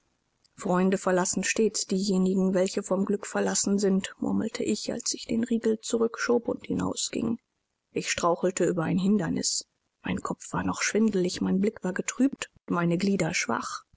freunde verlassen stets diejenigen welche vom glück verlassen sind murmelte ich als ich den riegel zurückschob und hinausging ich strauchelte über ein hindernis mein kopf war noch schwindelig mein blick war getrübt und meine glieder schwach